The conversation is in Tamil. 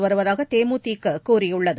வருவதாக தேமுதிக கூறியுள்ளது